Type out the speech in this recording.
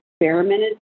experimented